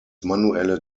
manuelle